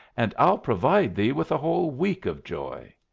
and i'll provide thee with a whole week of joy.